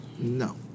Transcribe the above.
No